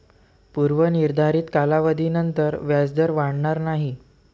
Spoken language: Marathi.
पूर्व निर्धारित कालावधीनंतर व्याजदर वाढणार नाही